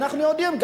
אנחנו יודעים,